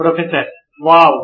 professor wow